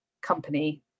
company